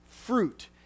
fruit